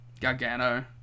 Gargano